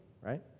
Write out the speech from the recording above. right